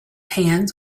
hands